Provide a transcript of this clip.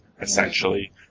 essentially